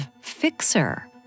fixer